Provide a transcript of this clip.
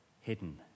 hidden